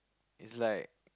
it's like